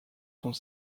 sont